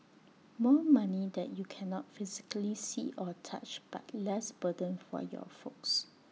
more money that you cannot physically see or touch but less burden for your folks